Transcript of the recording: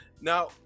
now